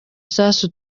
sasu